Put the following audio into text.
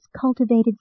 cultivated